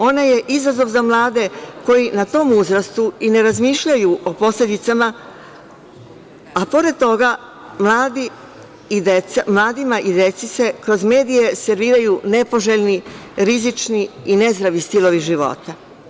Ona je izazov za mlade koji na tom uzrastu i ne razmišljaju o posledicama, a pored toga mladima i deci se kroz medije serviraju nepoželjni, rizični i nezdravi stilovi života.